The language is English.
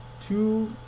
Two